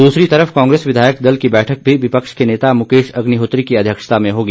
दूसरी तरफ कांग्रेस विधायक दल की बैठक भी विपक्ष के नेता मुकेश अग्निहोत्री की अध्यक्षता में होगी